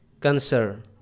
cancer